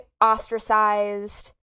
ostracized